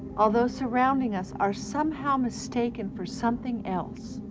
although surrounding us, are somehow mistaken for something else.